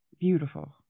beautiful